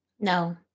No